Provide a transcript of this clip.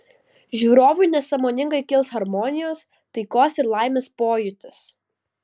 žiūrovui nesąmoningai kils harmonijos taikos ir laimės pojūtis